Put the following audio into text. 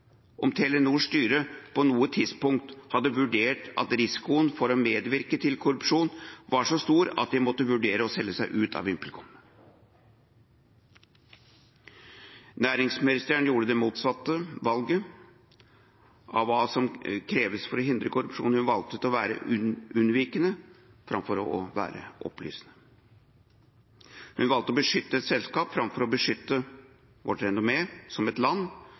om Telenors styre på noe tidspunkt hadde vurdert at risikoen for å medvirke til korrupsjon var så stor at de måtte vurdere å selge seg ut av VimpelCom. Næringsministeren gjorde det motsatte valget av hva som kreves for å hindre korrupsjon. Hun valgte å være unnvikende framfor å være opplysende. Hun valgte å beskytte et selskap framfor å beskytte vårt renommé som et land